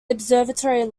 observatory